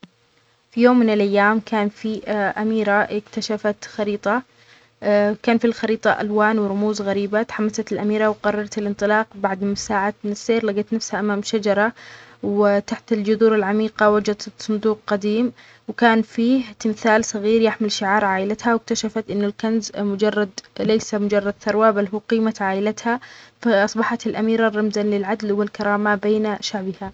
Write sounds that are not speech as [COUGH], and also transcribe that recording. في يوم من الايام كان في [HESITATION] اميرة اكتشفت خريطة [HESITATION] كان في الخريطة الوان ورموز غريبة تحمست الاميرة وقررت الانطلاق بعد ساعات من السير لجت نفسها امام شجرة وتحت الجذور العميقة وجدت صندوق قديم وكان فيه تمثال صغير يحمل شعار عايلتها واكتشفت انه مجرد ليس مجرد ثروة بل هو قيمة عائلتها فاصبحت الاميرة رمزا للعدل والكرامة بين شعبها.